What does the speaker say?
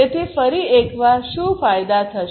તેથી ફરી એકવાર શું ફાયદા થશે